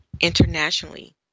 internationally